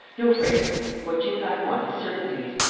no phrases! what you and i want is certainties